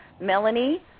melanie